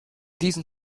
diesem